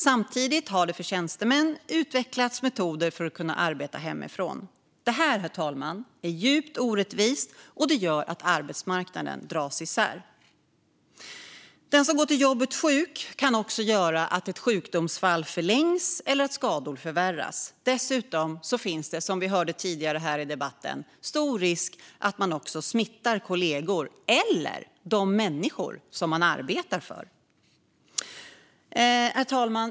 Samtidigt har det för tjänstemän utvecklats metoder för att arbeta hemifrån. Detta, herr talman, är djupt orättvist och gör att arbetsmarknaden dras isär. Den som går till jobbet sjuk kan göra att ett sjukdomsfall förlängs eller att skador förvärras. Dessutom finns det, som vi hörde tidigare här i debatten, stor risk för att man smittar kollegor eller de människor man arbetar för. Herr talman!